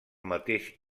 mateix